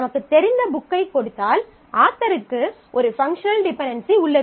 நமக்குத் தெரிந்த புக்கைக் கொடுத்தால் ஆத்தருக்கு ஒரு பங்க்ஷனல் டிபென்டென்சி உள்ளது